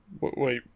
Wait